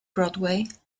broadway